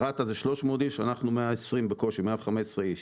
רת"א זה 300 איש, אנחנו 120 בקושי, 115 איש.